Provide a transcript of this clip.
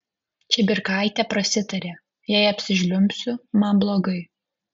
čibirkaitė prasitarė jei apsižliumbsiu man blogai